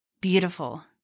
beautiful